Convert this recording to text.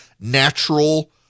natural